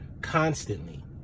constantly